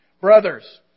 Brothers